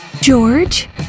George